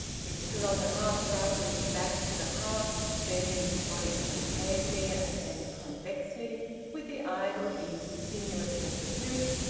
he stood on the hearthrug, with his back to the hearth, bending his body concavely and then convexly with the idle easy sinuousness of youth,